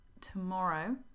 tomorrow